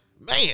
Man